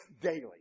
daily